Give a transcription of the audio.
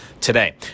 today